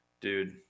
dude